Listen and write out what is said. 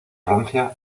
francia